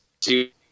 see